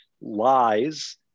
lies